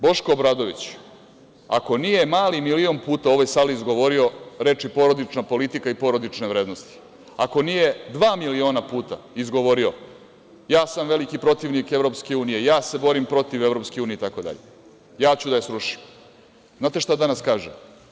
Boško Obradović, ako nije mali milion puta u ovoj sali izgovorio reči „porodična politika“ i „porodične vrednosti“, ako nije dva miliona puta izgovorio „ja sam veliki protivnik EU“, „ja se borim protiv EU“, itd, „ja ću da je srušim“, da li znate šta danas kaže?